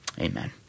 Amen